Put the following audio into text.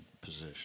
position